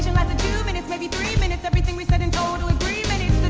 two minutes maybe three minutes everything we said in total agreement it's